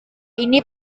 ini